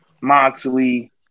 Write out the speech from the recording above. Moxley